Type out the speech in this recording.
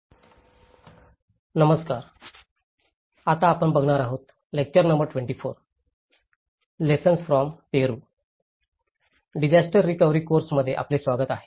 disaster recovery आणि build back better course मध्ये आपले स्वागत आहे